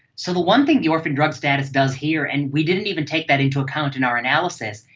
so the one thing the orphan drug status does here, and we didn't even take that into account in our analysis,